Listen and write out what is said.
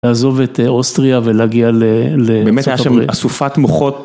לעזוב את אוסטריה ולהגיע לארצות הברית. באמת היה שם אסופת מוחות.